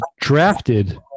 drafted